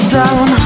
down